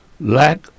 lack